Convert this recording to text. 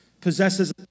possesses